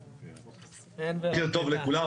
בוקר טוב לכולם.